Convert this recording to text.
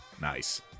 Nice